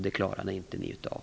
Det klarade inte ni av.